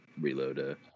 reload